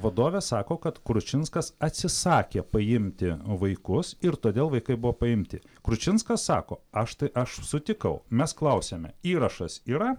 vadovė sako kad kručinskas atsisakė paimti vaikus ir todėl vaikai buvo paimti kručinskas sako aš tai aš sutikau mes klausiame įrašas yra